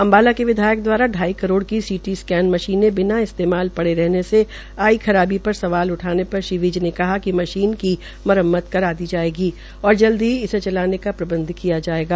अम्बाला के विधायक द्वारा ाई करोड़ की सी टी स्कैन मशीनें बिना इस्तेमाल पड़े रहने से आई खराबी पर सवाल उठाने पर श्री विज ने कहा कि मशीन की मरम्मत करा दी जायेगी और जल्द ही इसे चलाने का प्रबंध किया जायेगा